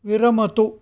विरमतु